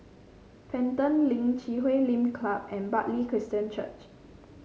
Pelton Link Chui Huay Lim Club and Bartley Christian Church